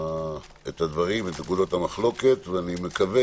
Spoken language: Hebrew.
הדברים, את נקודות המחלוקת, ואני מקווה